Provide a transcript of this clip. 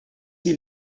sie